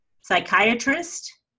psychiatrist